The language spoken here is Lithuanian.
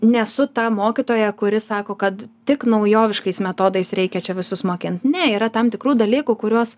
nesu ta mokytoja kuri sako kad tik naujoviškais metodais reikia čia visus mokint ne yra tam tikrų dalykų kuriuos